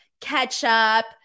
ketchup